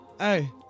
hey